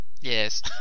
yes